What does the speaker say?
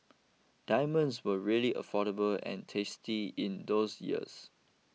diamonds were really affordable and tasty in those years